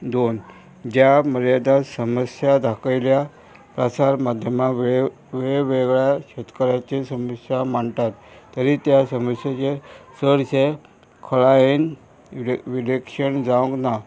दोन ज्या मर्यादा समस्या दाखयल्या प्रसार माध्यमा वेळ वेगवेगळ्या शेतकाराचे समस्या माणटात तरी त्या समस्याचेर चडशे खलायेन वि विशण जावंक ना